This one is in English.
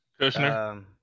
Kushner